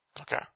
Okay